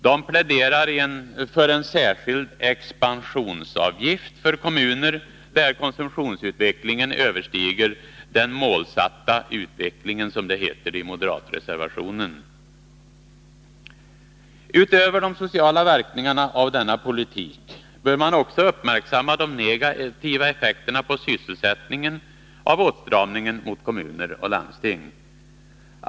De pläderar för en särskild ”expansionsavgift” för kommuner där konsumtionsutvecklingen överstiger den målsatta utvecklingen, som det heter i moderatreservationen. Utöver de sociala verkningarna av denna politik bör man också uppmärksamma de negativa effekterna på sysselsättningen av åtstramningarna mot kommuner och landsting.